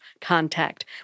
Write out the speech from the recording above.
contact